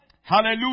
Hallelujah